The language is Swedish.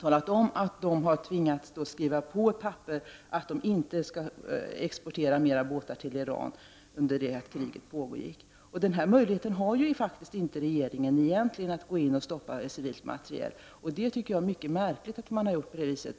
talat om att de har tvingats att skriva på ett papper att de inte skulle exportera flera båtar till Iran under det att kriget pågick. Den möjligheten har faktiskt inte regeringen, att gå in och stoppa handel med civil materiel. Jag tycker att det är mycket märkligt att man har gjort på det viset.